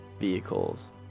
Vehicles